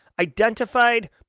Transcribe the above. identified